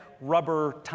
Rubber